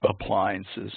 appliances